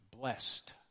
blessed